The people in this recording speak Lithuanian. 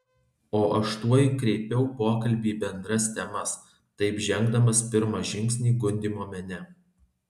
o aš tuoj kreipiau pokalbį į bendras temas taip žengdamas pirmą žingsnį gundymo mene